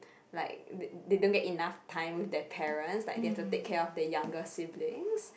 like they don't get enough time with their parents like they've to take care of their younger siblings